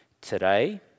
Today